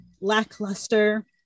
Lackluster